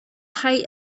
height